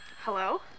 Hello